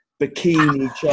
bikini